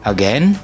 Again